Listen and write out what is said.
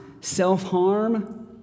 self-harm